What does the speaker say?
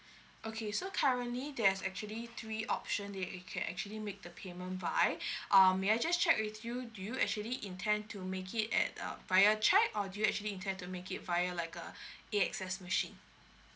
okay so currently there's actually three option that you can actually make the payment by um may I just check with you do you actually intend to make it at uh via cheque or do you actually intend to make it via like uh A X S machine